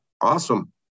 Awesome